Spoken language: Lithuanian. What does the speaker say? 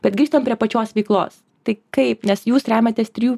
bet grįžtam prie pačios veiklos tai kaip nes jūs remiatės trijų